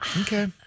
Okay